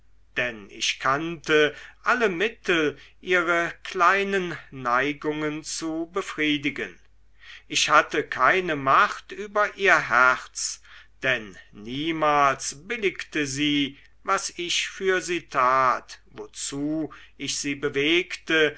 denn ich kannte alle mittel ihre kleinen neigungen zu befriedigen ich hatte keine macht über ihr herz denn niemals billigte sie was ich für sie tat wozu ich sie bewegte